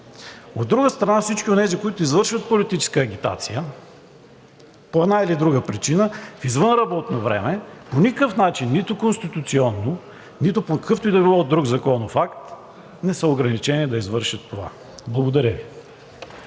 От друга страна, всички онези, които извършват политическа агитация по една или друга причина в извънработно време по никакъв начин, нито конституционно, нито по какъвто и да е било друг законов акт, не са ограничени да извършат това. Благодаря Ви.